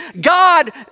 God